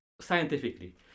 scientifically